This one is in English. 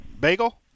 Bagel